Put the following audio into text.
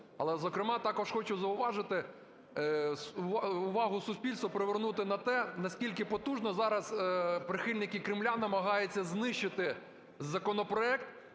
Але, зокрема, також хочу зауважити, увагу суспільства привернути на те, наскільки потужно зараз прихильники Кремля намагаються знищити законопроект